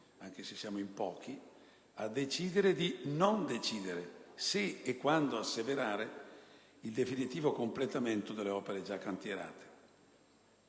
equivale, cari colleghi, a decidere di non decidere se e quando asseverare il definitivo completamento delle opere già cantierate.